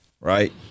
right